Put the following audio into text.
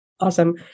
Awesome